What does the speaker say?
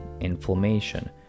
inflammation